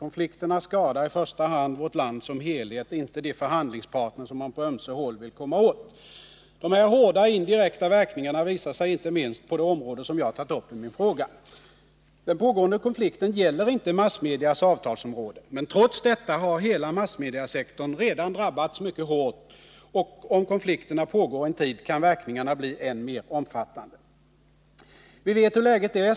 Konflikterna skadar i första hand vårt land som helhet, inte de förhandlingsparter som man på ömse håll vill komma åt. De hårda indirekta verkningarna visar sig inte minst på det område som jag tagit upp i min fråga. Den pågående konflikten gäller inte massmedias avtalsområden. Men trots detta har hela massmediasektorn redan drabbats mycket hårt, och om konflikterna pågår en tid kan verkningarna bli än mer omfattande. Vi vet hur läget är.